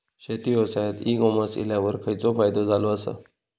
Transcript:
शेती व्यवसायात e commerce इल्यावर खयचो फायदो झालो आसा?